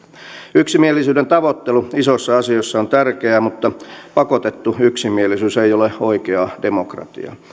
yksimielisyyden tavoittelu isoissa asioissa on tärkeää mutta pakotettu yksimielisyys ei ole oikeaa demokratiaa